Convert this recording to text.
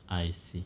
I see